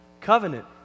Covenant